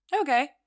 okay